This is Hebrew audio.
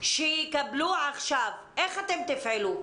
שיקבלו עכשיו, איך אתם תפעלו?